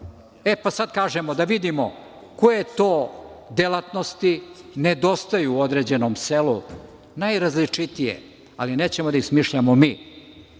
E, pa sada kažemo, da vidimo koje to delatnosti nedostaju određenom selu? Najrazličitije. Ali nećemo da ih smišljamo mi.